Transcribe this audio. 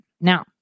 Now